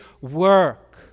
work